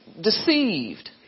deceived